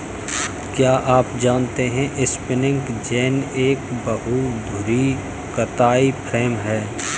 क्या आप जानते है स्पिंनिंग जेनि एक बहु धुरी कताई फ्रेम है?